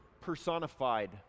personified